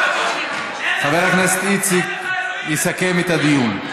חבר הכנסת איציק כהן יסכם את הדיון.